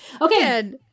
Okay